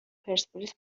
پرسپولیس